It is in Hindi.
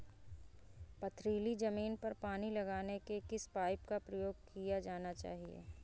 पथरीली ज़मीन पर पानी लगाने के किस पाइप का प्रयोग किया जाना चाहिए?